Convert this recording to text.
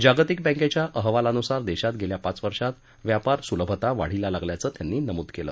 जागतिक बॅकेच्या अहवालानुसार देशात गेल्या पाच वर्षात व्यापारसुलभता वाढीला लागल्याचं त्यांनी नमूद केलं